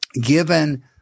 Given